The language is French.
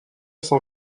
son